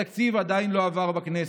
התקציב עדיין לא עבר בכנסת.